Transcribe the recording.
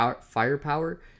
firepower